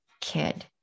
kid